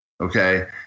Okay